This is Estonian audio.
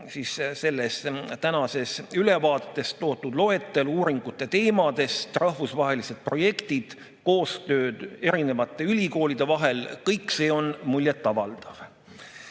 ja selles tänases ülevaates toodud loetelu uuringute teemadest, rahvusvahelistest projektidest, koostööst erinevate ülikoolide vahel – kõik see on muljetavaldav.